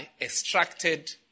extracted